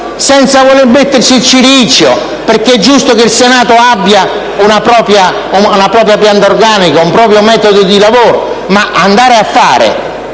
senza voler metterci il cilicio, perché è giusto che il Senato abbia una propria pianta organica e un proprio metodo di lavoro. Se però si fanno